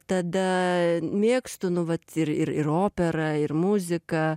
tada mėgstu nu vat ir ir ir operą ir muziką